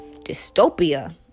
Dystopia